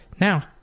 Now